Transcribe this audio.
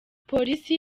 polisi